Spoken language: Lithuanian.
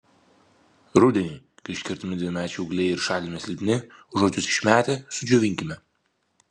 rudenį kai iškertami dvimečiai ūgliai ir šalinami silpni užuot juos išmetę sudžiovinkime